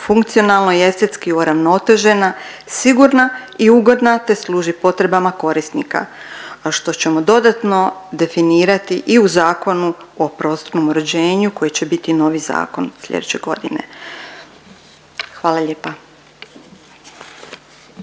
funkcionalno i estetski uravnotežena, sigurna i ugodna, te služi potrebama korisnika, a što ćemo dodatno definirati i u Zakonu o prostornom uređenju koji će biti novi zakon slijedeće godine. Hvala lijepa.